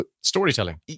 storytelling